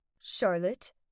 Charlotte